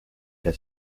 der